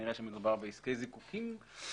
כנראה שמדובר בעסקי זיקוקים,